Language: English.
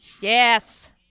Yes